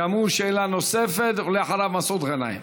גם הוא שאלה נוספת, ואחריו, מסעוד גנאים.